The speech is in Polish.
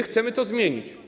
Chcemy to zmienić.